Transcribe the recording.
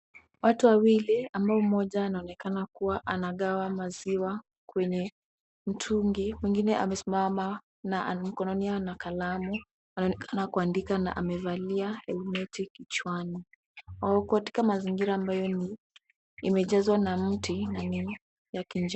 Watu wawili ambapo mmoja anaonekana akigawa maziwa kwenye mtungi mwengine amesimama na mkononi ana kalamu anaonekana kuandika na amevalia helmenti kichwani wako katika mazingira ambayo yamejazwa na miti na ni ya kijani.